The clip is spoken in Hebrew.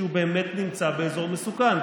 כי הוא באמת נמצא באזור מסוכן,